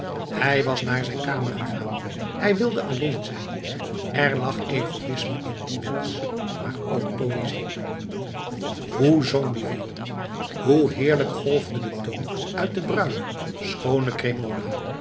hij was naar zijn kamer gegaan hij wilde alleen zijn er lag egoïsme in dien wensch maar ook poëzie hoe zong die viool hoe heerlijk golfde de toon uit de bruine schoone